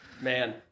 Man